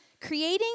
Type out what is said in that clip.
Creating